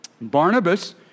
Barnabas